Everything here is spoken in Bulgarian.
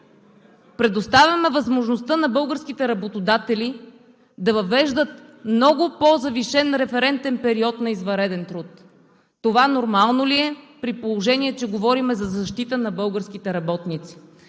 предоставяме възможността на българските работодатели да въвеждат много по-завишен референтен период на извънреден труд?! Това нормално ли е, при положение че говорим за защита на българските работници?